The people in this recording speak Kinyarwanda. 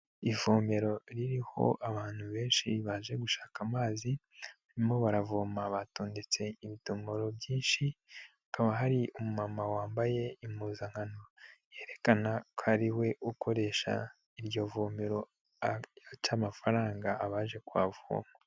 Ivomero ririho abantu benshi baje gushaka amazi, barimo baravoma batondetse ibidomoro byinshi, hakaba hari umumama wambaye impuzankano yerekana ko ariwe ukoresha iryo vomero, aca amafaranga abaje kuvoma.